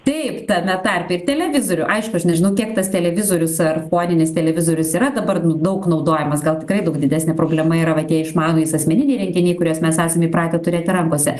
taip tame tarpe ir televizorių aišku aš nežinau kiek tas televizorius ar foninis televizorius yra dabar daug naudojamas gal tikrai daug didesnė problema yra va tie išmanūs asmeniniai įrenginiai kuriuos mes esam įpratę turėti rankose